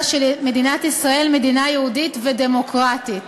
של מדינת ישראל מדינה יהודית ודמוקרטית?